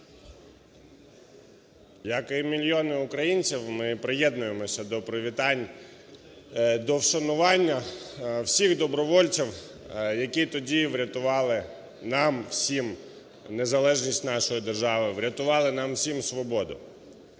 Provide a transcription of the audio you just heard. Як і мільйони українців, ми приєднуємося до привітань, до вшанування всіх добровольців, які тоді врятували нам всім незалежність нашої держави, врятували нам всім свободу.